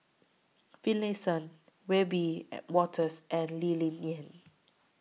Finlayson Wiebe Wolters and Lee Ling Yen